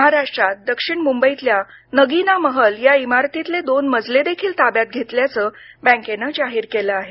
महाराष्ट्रात दक्षिण मुंबईतल्या नगिन महल या इमारतीतले दोन मजले देखील ताब्यात घेतल्याचं बँकेनं जाहीर केलं आहे